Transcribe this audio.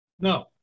No